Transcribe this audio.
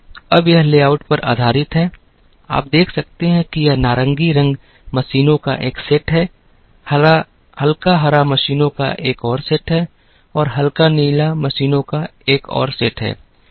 अब यह लेआउट पर आधारित है आप देख सकते हैं कि यह नारंगी रंग मशीनों का एक सेट है हल्का हरा मशीनों का एक और सेट है और हल्का नीला मशीनों का एक और सेट है